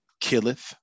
killeth